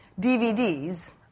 DVDs